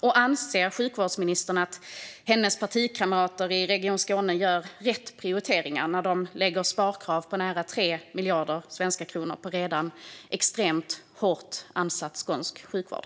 Och anser sjukvårdsministern att hennes partikamrater i Region Skåne gör rätt prioriteringar när de lägger sparkrav på nära 3 miljarder svenska kronor på redan extremt hårt ansatt skånsk sjukvård?